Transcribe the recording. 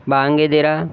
Bang Dara